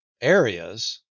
areas